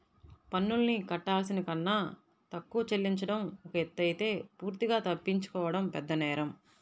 పన్నుల్ని కట్టాల్సిన కన్నా తక్కువ చెల్లించడం ఒక ఎత్తయితే పూర్తిగా తప్పించుకోవడం పెద్దనేరం